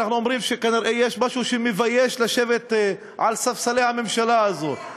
אנחנו אומרים שכנראה יש משהו שמבייש לשבת על ספסלי הממשלה הזאת.